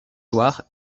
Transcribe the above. soir